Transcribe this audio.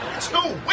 Two